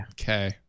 Okay